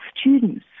students